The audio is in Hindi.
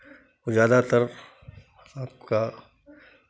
ज़्यादातर आपका